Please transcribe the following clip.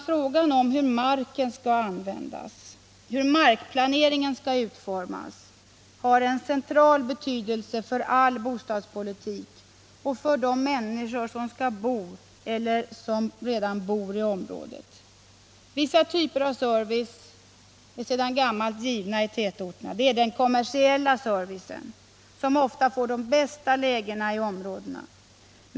Frågan om hur marken skall användas, hur markplaneringen skall utformas, har en central betydelse för all bostadspolitik och för de människor som skall bo eller som redan bor i ett område. Vissa typer av service är sedan gammalt givna i tätorterna. Det är den kommersiella servicen som ofta får de bästa lägena i områdena.